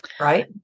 Right